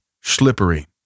slippery